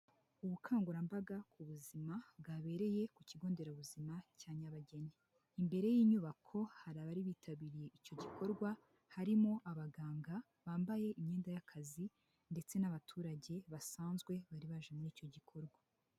Ubukangurambaga ku buzima bwabereye ku kigo nderabuzima cya Nyabageni, imbere y'inyubako hari abari bitabiriye icyo gikorwa harimo abaganga bambaye imyenda y'akazi ndetse n'abaturage basanzwe bari baje muri icyo gikorwa.